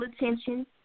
attention